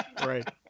Right